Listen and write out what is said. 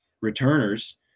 returners